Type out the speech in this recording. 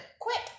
quick